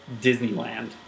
Disneyland